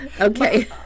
Okay